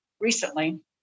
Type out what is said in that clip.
recently